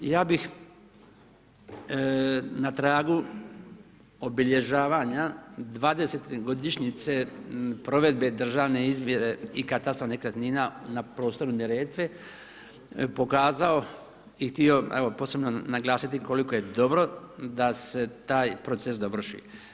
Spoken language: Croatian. Ja bih na tragu obilježavanja 20-godišnjice provedbe državne izmjere i katastra nekretnina na prostoru Neretve pokazao i htio evo posebno naglasiti koliko je dobro da se taj proces završi.